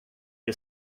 you